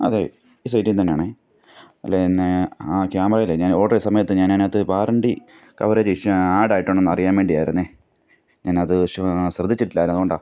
അതെ ഈ സൈറ്റിൽ നിന്നാണെ അത് പിന്നേ ആ ക്യാമറയിലേ ഞാൻ ഓഡർ ചെയ്ത സമയത്ത് ഞാനതിനകത്ത് വാറൻറ്റി കവറേജ് ഇഷ്യൂ ആഡ് ആയിട്ടുണ്ടോയെന്ന് അറിയാൻ വേണ്ടി ആയിരുന്നെ ഞാനത് ശ്ര ശ്രദ്ധിച്ചിട്ടില്ലായിരുന്നു അതു കൊണ്ടാണ്